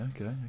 okay